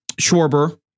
Schwarber